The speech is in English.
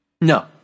No